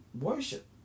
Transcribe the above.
worship